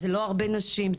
זה לא הרבה נשים.